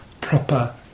proper